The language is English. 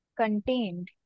contained